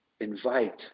Invite